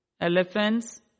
elephants